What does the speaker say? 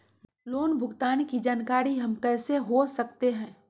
Loan भुगतान की जानकारी हम कैसे हो सकते हैं?